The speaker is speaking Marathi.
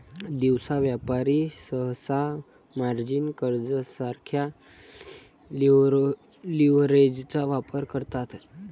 दिवसा व्यापारी सहसा मार्जिन कर्जासारख्या लीव्हरेजचा वापर करतात